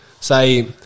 say